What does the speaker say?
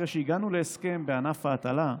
לאחר שהגענו להסכם בענף ההטלה,